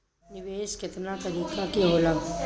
निवेस केतना तरीका के होला?